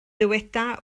dyweda